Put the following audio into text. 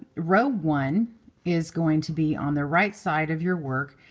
row one is going to be on the right side of your work,